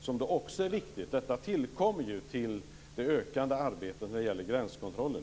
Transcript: Det är också viktigt. Detta tillkom förutom det ökade arbetet när det gäller gränskontrollen.